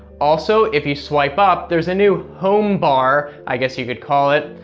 also, if you swipe up, there's a new home bar i guess you could call it,